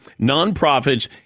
nonprofits